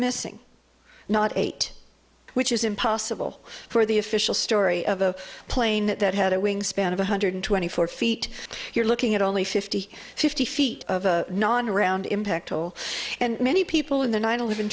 missing not eight which is impossible for the official story of a plane that had a wingspan of one hundred twenty four feet you're looking at only fifty fifty feet of a non round impact and many people in the nine eleven